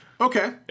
Okay